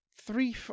Three